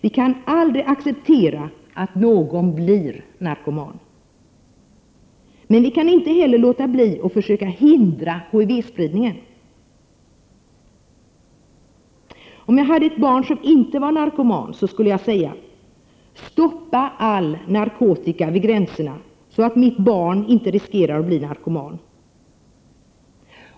Vi kan aldrig acceptera att någon blir narkoman. Men vi kan inte heller låta bli att försöka hindra HIV-spridningen. Om jag hade ett barn som inte var narkoman skulle jag säga: Stoppa all narkotika vid gränserna, så att mitt barn inte riskerar att bli narkoman!